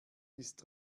ist